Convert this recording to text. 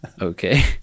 Okay